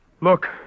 Look